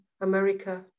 America